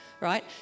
right